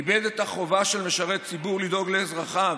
איבד את החובה של משרת ציבור לדאוג לאזרחיו